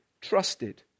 trusted